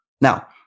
Now